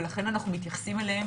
ולכן אנחנו מתייחסים אליהם